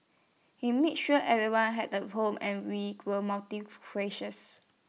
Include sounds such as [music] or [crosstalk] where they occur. he made sure everyone had A home and we [unintelligible] were multi [unintelligible]